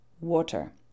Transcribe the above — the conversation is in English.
water